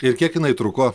ir kiek jinai truko